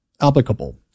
Applicable